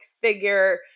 figure